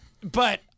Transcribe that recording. but-